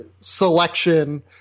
selection